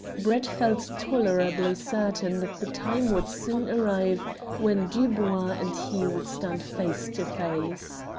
brett felt tolerably certain that the time would soon arrive when dubois and he would stand face to face.